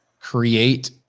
create